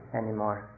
anymore